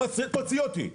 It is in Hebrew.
תוציא אותי.